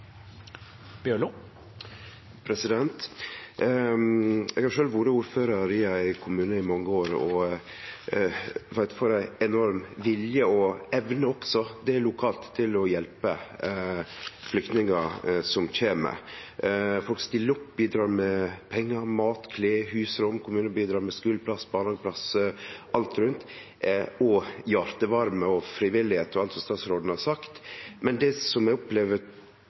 Eg har sjølv vore ordførar i ein kommune i mange år, og veit kva for ein enorm vilje og evne det er lokalt til å hjelpe flyktningar som kjem. Folk stiller opp og bidreg med mat, klede, husrom. Kommunen bidreg med skuleplass, barnehageplass og alt rundt – og hjartevarme, frivilligheit og alt statsråden har sagt. Men det eg opplever